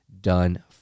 done